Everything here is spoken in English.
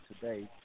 today